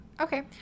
okay